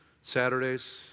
Saturdays